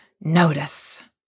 notice